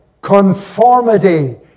conformity